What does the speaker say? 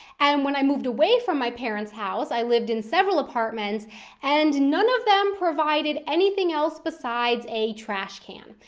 and when i moved away from my parents' house, i lived in several apartments and none of them provided anything else besides a trash can.